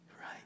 Right